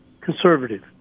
conservative